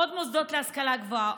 עוד מוסדות להשכלה גבוהה,